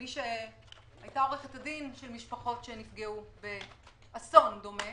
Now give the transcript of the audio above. כמי שהייתה עורכת הדין של משפחות שנפגעו באסון דומה,